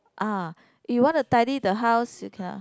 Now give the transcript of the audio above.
ah you want to tidy the house you can